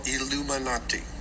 Illuminati